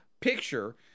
picture